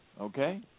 okay